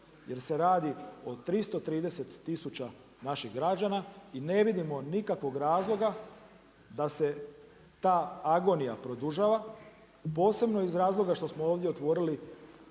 jer se radi o 330 tisuća naših građana i ne vidimo nikakvog razloga da se ta agonija produžava, posebno iz razloga što smo ovdje otvorili,